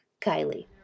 Kylie